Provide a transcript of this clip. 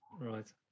Right